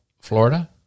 Florida